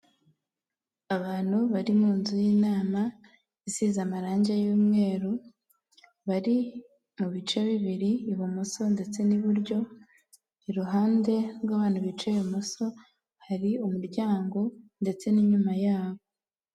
Abantu bari mu nzu y'inama, isize amarangi y'umweru, bari mu bice bibiri ibumoso ndetse n'iburyo, iruhande rw'abantu bicaye ibumoso, hari umuryango ndetse n'inyuma yabo.